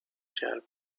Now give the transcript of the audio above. جلب